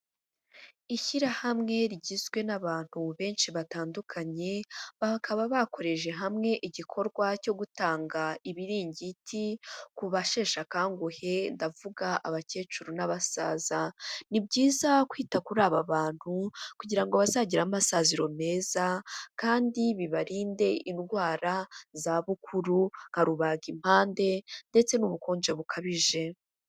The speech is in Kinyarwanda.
Ishyirahamwe rigizwe n'abantu benshi batandukanye, bakaba bakoreje hamwe igikorwa cyo gutanga ibiringiti kuba basheshe akanguhe ndavuga abakecuru n'abasaza ni byiza kwita kuri aba bantu kugira ngo bazagire amasaziro meza kandi bibarinde indwara zabukuru nka rubagimpande ndetse n'ubukonje bukabije.